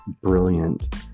brilliant